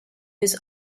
his